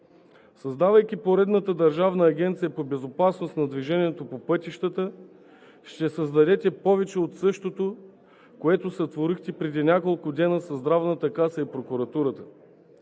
Създавайки поредната Държавна агенция „Безопасност на движението по пътищата“, ще създадете повече от същото, което сътворихте преди няколко дена със Здравната каса и Прокуратурата.